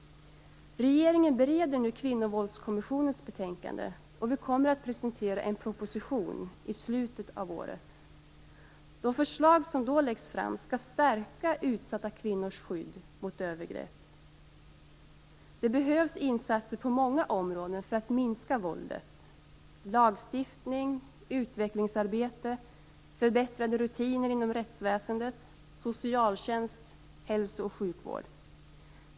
Regeringen bereder nu Kvinnovåldskommissionens betänkande, och vi kommer att presentera en proposition i slutet av året. De förslag som då läggs fram skall stärka utsatta kvinnors skydd mot övergrepp. Det behövs insatser på många områden för att man skall kunna minska våldet: lagstiftning, utvecklingsarbete och förbättrade rutiner inom rättsväsendet, socialtjänsten och hälso och sjukvården.